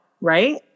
Right